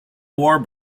war